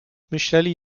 myśleli